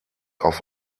auf